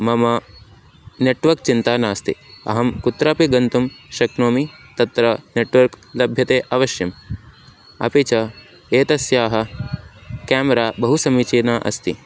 मम नेट्वर्क् चिन्ता नास्ति अहं कुत्रापि गन्तुं शक्नोमि तत्र नेट्वर्क् लभ्यते अवश्यम् अपि च एतस्याः क्यामरा बहु समीचीना अस्ति